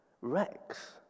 rex